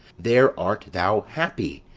there art thou happy.